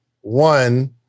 One